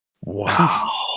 wow